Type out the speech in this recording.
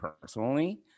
personally